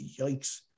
Yikes